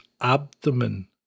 abdomen